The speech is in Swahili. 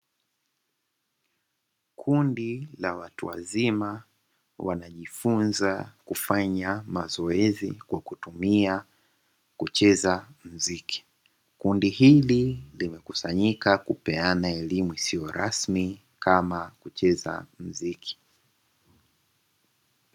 Kundi la watu wazima wakijifunza kufanya mazoezi kwa kutumia kucheza mziki, kundi hili limekusanyika kupeana elimu isiyo rasmi kama kucheza mziki.